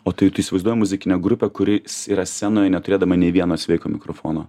o tai tu įsivaizduoji muzikinę grupę kuri yra scenoje neturėdama nei vieno sveiko mikrofono